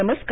नमस्कार